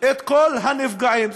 את כל הנפגעים.